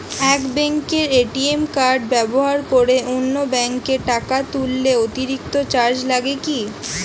এক ব্যাঙ্কের ATM card ব্যবহার করে অন্য ব্যঙ্কে টাকা তুললে অতিরিক্ত চার্জ লাগে কি?